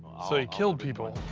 so he killed people?